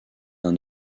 d’un